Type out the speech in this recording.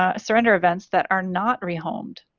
ah surrender events that are not rehomed? and